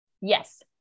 Yes